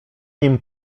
nim